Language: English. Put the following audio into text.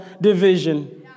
division